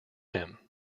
him